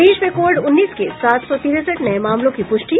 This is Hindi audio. प्रदेश में कोविड उन्नीस के सात सौ तिरेसठ नये मामलों की पुष्टि